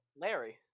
Larry